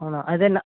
అవునా అదే నా